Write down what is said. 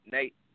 Nate